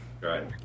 Right